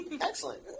Excellent